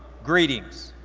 greetings.